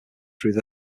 through